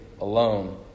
alone